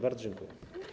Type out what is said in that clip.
Bardzo dziękuję.